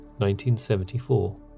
1974